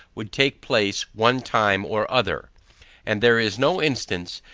would take place one time or other and there is no instance,